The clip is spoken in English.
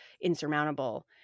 insurmountable